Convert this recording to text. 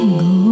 go